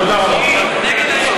תודה רבה.